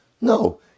No